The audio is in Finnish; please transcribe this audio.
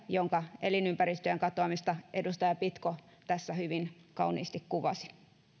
jonka elinympäristöjen katoamista edustaja pitko tässä hyvin kauniisti kuvasi